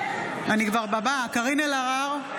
קארין אלהרר,